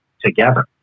together